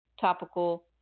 topical